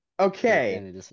Okay